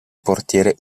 portiere